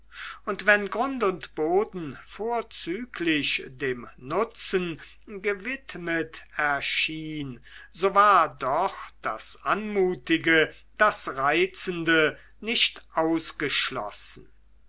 und wenn grund und boden vorzüglich dem nutzen gewidmet erschien so war doch das anmutige das reizende nicht ausgeschlossen